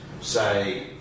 say